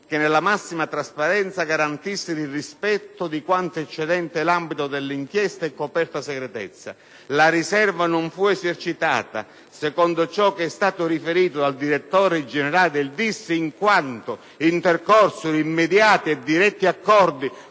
che, nella massima trasparenza, garantissero il rispetto di quanto eccedente l'ambito dell'inchiesta e coperto da segretezza. La riserva non fu esercitata, secondo ciò che è stato riferito dal Direttore generale del DIS, in quanto intercorsero immediati e diretti accordi